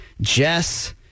Jess